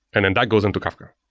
and then that goes into kafka.